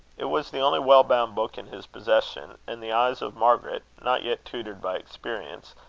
it was the only well-bound book in his possession and the eyes of margaret, not yet tutored by experience,